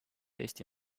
eesti